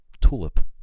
tulip